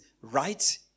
right